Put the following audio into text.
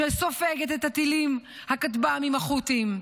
שסופגת את הטילים, הכטב"מים החות'יים.